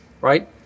right